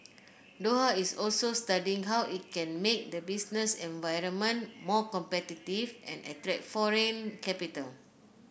Doha is also studying how it can make the business environment more competitive and attract foreign capital